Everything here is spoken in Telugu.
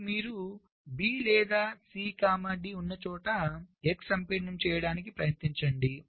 ఇప్పుడు మీరు B లేదా C D ఉన్న చోట x సంపీడనం చేయడానికి ప్రయత్నించండి